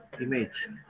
image